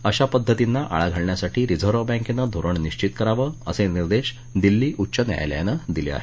अशा पद्धतींना आळा घालण्यासाठी रिझर्व बँकेनं धोरण निश्चित करावं असे निर्देश दिल्ली उच्च न्यायालयानं दिले आहेत